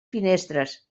finestres